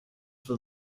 for